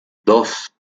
dos